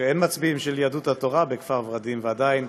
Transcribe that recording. שאין מצביעים של יהדות התורה בכפר ורדים, ועדיין